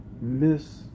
miss